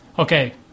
Okay